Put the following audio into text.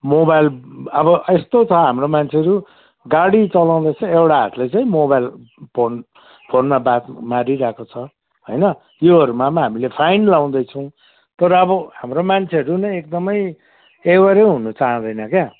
mobile अब यस्तो छ हाम्रो मान्छेहरू गाडी चलाउँदा चाहिँ एउटा हातले चाहिँ मोबाइल फोन फोनमा बात मारिरहेको छ होइन त्योहरूमा पनि हामीले फाइन लाउँदैछौँ तर अब हाम्रो मान्छेहरू नै एकदमै एवरै हुनु चाहँदैन क्या